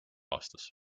aastas